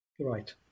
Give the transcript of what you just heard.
Right